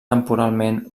temporalment